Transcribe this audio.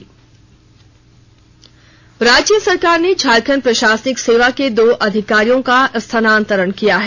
तबादला राज्य सरकार ने झारखंड प्रशासनिक सेवा के दो अधिकारियों का स्थानांतरण किया है